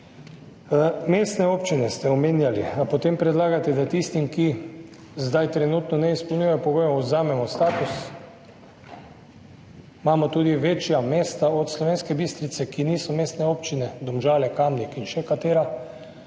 mestne občine. A potem predlagate, da tistim, ki zdaj trenutno ne izpolnjujejo pogojev, odvzamemo status? Imamo tudi večja mesta od Slovenske Bistrice, ki niso mestne občine, Domžale, Kamnik in še katero,